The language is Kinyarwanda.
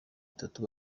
itatu